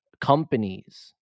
companies